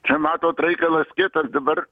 čia matot reikalas kitas dabar